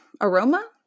aroma